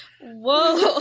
Whoa